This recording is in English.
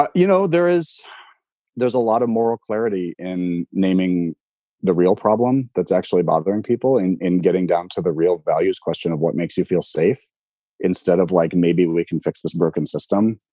but you know, there is there's a lot of moral clarity in naming the real problem that's actually bothering people in in getting down to the real values question of what makes you feel safe instead of like maybe we can fix this broken system.